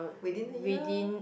within a year